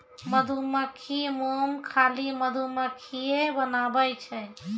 मधुमक्खी मोम खाली मधुमक्खिए बनाबै छै